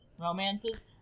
romances